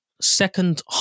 Second